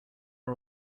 are